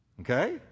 Okay